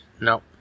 no